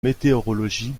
météorologie